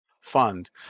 fund